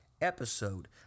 episode